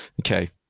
Okay